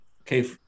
Okay